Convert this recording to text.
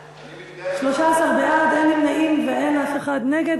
13 בעד, אין נמנעים ואין אף אחד נגד.